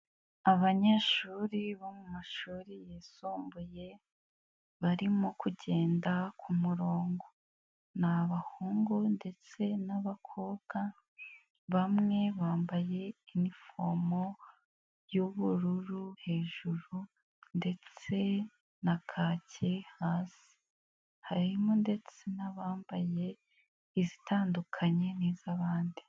Abanyeshuri bo mu mashuri yisumbuye barimo kugenda ku murongo, ni abahungu ndetse n'abakobwa bamwe bambaye inifomo y'ubururu hejuru ndetse na kake hasi, harimo ndetse n'abambaye izitandukanye n'iz'abandi.